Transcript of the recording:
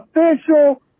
official